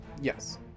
Yes